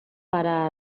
para